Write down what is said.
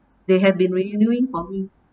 they have been renewing it for me